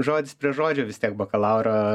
žodis prie žodžio vis tiek bakalauro